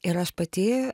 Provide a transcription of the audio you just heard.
ir aš pati